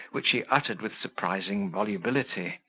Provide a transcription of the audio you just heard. which he uttered with surprising volubility,